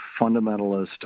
fundamentalist